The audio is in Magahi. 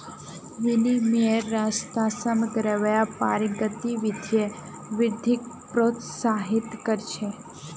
विनिमयेर रास्ता समग्र व्यापारिक गतिविधित वृद्धिक प्रोत्साहित कर छे